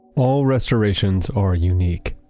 all restorations are unique.